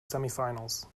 semifinals